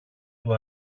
του